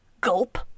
gulp